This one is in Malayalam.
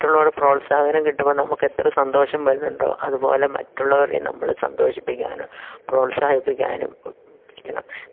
മറ്റുള്ളവരെ പ്രോത്സാഹനം കിട്ടുമ്പം നമുക്കെത്ര സന്തോഷം വരുന്നുണ്ടോ അതു പോലെ മറ്റുള്ളവരെയും നമ്മൾ സന്തോഷിപ്പിക്കാനും പ്രോത്സാഹിപ്പിക്കാനും പഠിക്കണം